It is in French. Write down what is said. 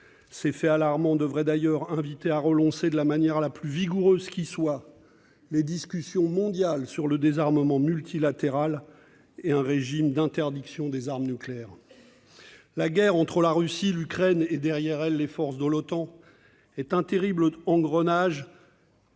Ces faits alarmants devraient, d'ailleurs, inviter à relancer, de la manière la plus vigoureuse qui soit, les discussions mondiales sur le désarmement multilatéral et sur un régime mondial d'interdiction des armes nucléaires. La guerre entre la Russie, l'Ukraine et, derrière elle, les forces de l'Otan est un terrible engrenage.